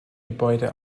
gebäude